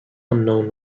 unknown